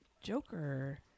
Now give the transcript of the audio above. Joker